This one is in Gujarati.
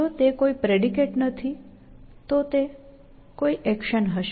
જો તે કોઈ પ્રેડિકેટ નથી તો તે કોઈ એક્શન હશે